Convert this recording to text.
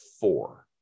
four